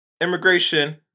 immigration